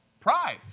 Pride